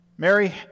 Mary